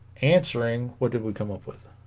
answering what did we come up with